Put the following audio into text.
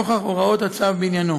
נוכח הוראות הצו בעניינו.